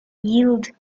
yield